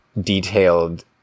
detailed